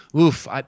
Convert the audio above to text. oof